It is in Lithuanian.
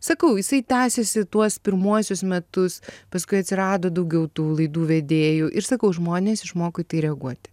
sakau jisai tęsėsi tuos pirmuosius metus paskui atsirado daugiau tų laidų vedėjų ir sakau žmonės išmoko į tai reaguoti